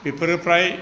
बेफोरो फ्राय